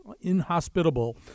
inhospitable